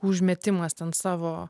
užmetimas ten savo